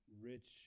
rich